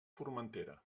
formentera